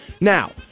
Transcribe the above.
Now